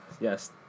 Yes